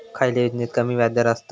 खयल्या योजनेत कमी व्याजदर असता?